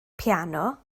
piano